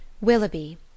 Willoughby